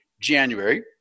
January